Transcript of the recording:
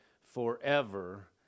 forever